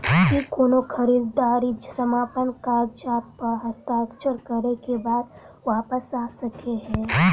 की कोनो खरीददारी समापन कागजात प हस्ताक्षर करे केँ बाद वापस आ सकै है?